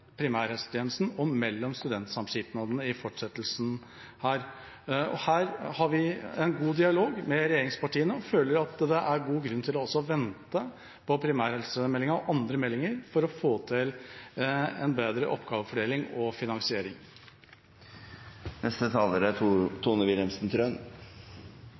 en oppgavefordeling mellom primærhelsetjenesten og studentsamskipnadene i fortsettelsen her. Her har vi en god dialog med regjeringspartiene, og vi føler at det er god grunn til å vente på primærhelsemeldinga og andre meldinger for å få til en bedre oppgavefordeling og finansiering. Det er